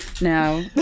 No